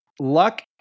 Luck